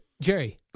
Jerry